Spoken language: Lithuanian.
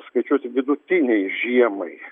skaičiuoti vidutinei žiemai